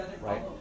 Right